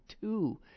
two